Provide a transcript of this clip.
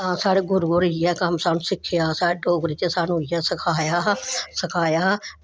हां साढ़े गुरू हुंदे कोला गै एह् कम्म सिक्खेआ असें ते डोगरी च सानूं इयै सखाया हा सखाया हा